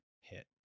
hit